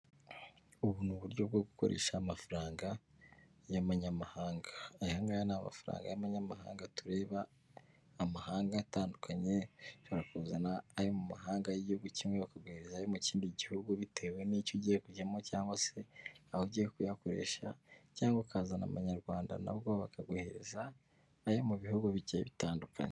Ubu ni uburyo bwo gukoresha amafaranga y'amanyamahanga, aya ngaya ni amafaranga y'abanyamahanga tureba amahanga atandukanye ushobora kuzana ayo mu mahanga y'igihugu kimwe bakaguhereza ayo mu kindi gihugu bitewe n'icyo ugiye kujyamo cyangwa se ugiye kuyakoresha cyangwa ukazana amanyarwanda nabwo bakaguhereza ayo mu bihugu bigiye bitandukanye.